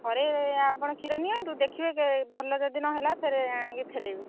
ଥରେ ଆପଣ କ୍ଷୀର ନିଅନ୍ତୁ ଦେଖିବେ ଭଲ ଯଦି ନହେଲା ଫେରେ ଆଣିକି ଫେରାଇବେ